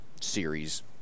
Series